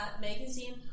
Magazine